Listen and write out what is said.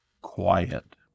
quiet